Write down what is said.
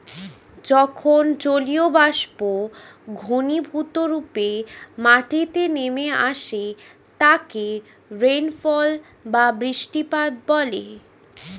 যখন জলীয়বাষ্প ঘনীভূতরূপে মাটিতে নেমে আসে তাকে রেনফল বা বৃষ্টিপাত বলে